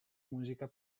musica